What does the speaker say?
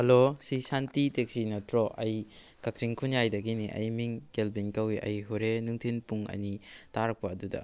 hello ꯁꯤ Shanti taxi ꯅꯠꯇꯔꯣ ꯑꯩ ꯀꯛꯆꯤꯡ ꯈꯨꯟꯌꯥꯏꯗꯒꯤꯅꯤ ꯑꯩꯒꯤ ꯃꯤꯡ ꯀꯦꯜꯕꯤꯟ ꯀꯧꯏ ꯑꯩ ꯍꯨꯔꯦꯟ ꯅꯨꯡꯊꯤꯜ ꯄꯨꯡ ꯑꯅꯤ ꯇꯥꯔꯛꯄ ꯑꯗꯨꯗ